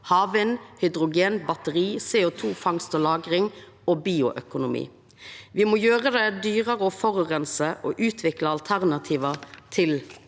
havvind, hydrogen, batteri, CO2-fangst og -lagring og bioøkonomi. Me må gjera det dyrare å forureina og utvikla alternativ til å